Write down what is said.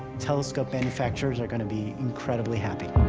telescope manufacturers are gonna be incredibly happy.